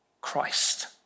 Christ